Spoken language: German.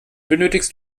benötigst